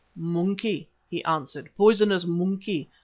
monkey, he answered, poisonous monkey.